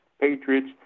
patriots